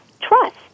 trust